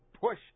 push